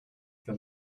then